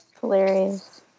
hilarious